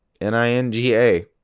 N-I-N-G-A